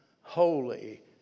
holy